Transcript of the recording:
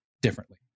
differently